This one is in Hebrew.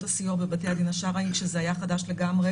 הסיוע בבתי הדין השרעי כשזה היה חדש לגמרי,